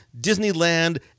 Disneyland